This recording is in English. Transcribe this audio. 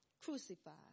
crucified